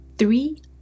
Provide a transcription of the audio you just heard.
Three